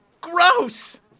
Gross